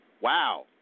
Wow